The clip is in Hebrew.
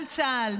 על צה"ל,